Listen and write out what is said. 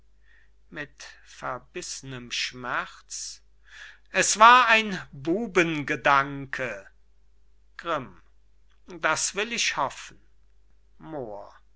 mit verbißnem schmerz es war ein bubengedanke grimm das will ich hoffen moor